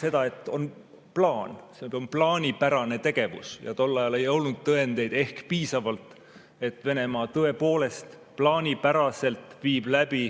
seda, et on plaan, on plaanipärane tegevus. Ja tol ajal ei olnud tõendeid ehk piisavalt, et Venemaa tõepoolest plaanipäraselt ei vii läbi